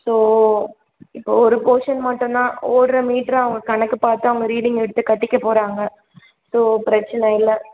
so இப்போது ஒரு portion மட்டும் தான் ஓடுற மீட்டரை அவங்க கணக்கு பார்த்து அவங்க ரீடிங் எடுத்து கட்டிக்க போகிறாங்க ஸோ பிரச்சினை இல்லை